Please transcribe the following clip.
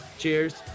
Cheers